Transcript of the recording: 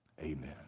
Amen